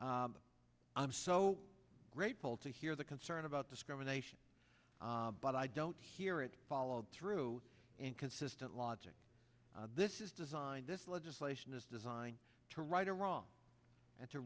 i'm so grateful to hear the concern about discrimination but i don't hear it followed through inconsistent logic this is designed this legislation is designed to right or wrong and to